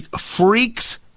Freaks